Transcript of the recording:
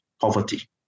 poverty